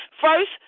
First